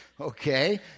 Okay